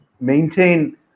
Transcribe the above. maintain